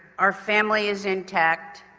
our family is intact,